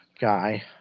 guy